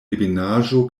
ebenaĵo